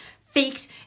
faked